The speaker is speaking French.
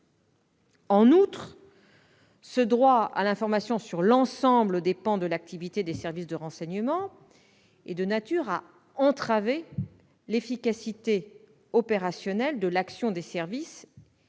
En outre, un tel droit à l'information sur l'ensemble des pans de l'activité des services de renseignement est de nature à entraver l'efficacité opérationnelle des services